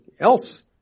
else